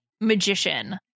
Magician